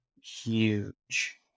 huge